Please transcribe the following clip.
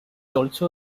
also